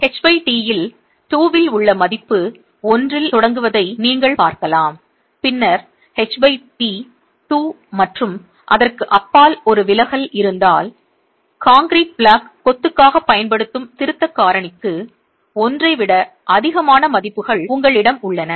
ht இல் 2 இல் உள்ள மதிப்பு 1 இல் தொடங்குவதை நீங்கள் பார்க்கலாம் பின்னர் ht 2 மற்றும் அதற்கு அப்பால் ஒரு விலகல் இருந்தால் கான்கிரீட் பிளாக் கொத்துக்காகப் பயன்படுத்தப்படும் திருத்தக் காரணிக்கு 1 ஐ விட அதிகமான மதிப்புகள் உங்களிடம் உள்ளன